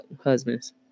husbands